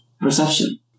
Perception